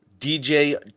DJ